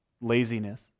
laziness